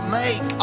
make